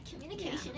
communication